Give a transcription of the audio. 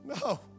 No